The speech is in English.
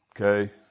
okay